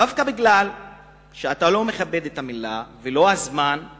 דווקא בגלל שאתה לא מכבד את המלה ולא את הזמן שלי